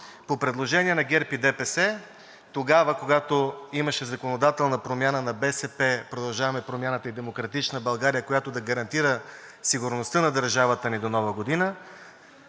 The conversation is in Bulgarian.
По предложение на ГРЕБ и ДПС тогава, когато имаше законодателна промяна на БСП, „Продължаваме Промяната“ и „Демократична България“, която да гарантира сигурността на държавата ни до Нова година,